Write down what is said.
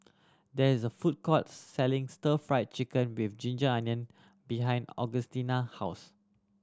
there is a food court selling Stir Fry Chicken with ginger onion behind Augustina house